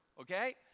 okay